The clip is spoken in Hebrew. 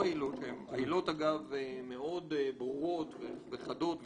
שהן עילות אגב מאוד ברורות וחדות,